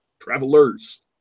Travelers